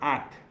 Act